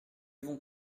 vont